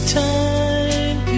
time